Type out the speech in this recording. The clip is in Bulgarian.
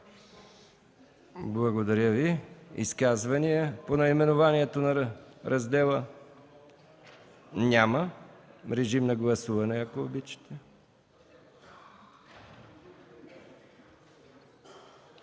Благодаря Ви. Има ли изказвания по наименованието на раздела? Няма. Режим на гласуване, ако обичате.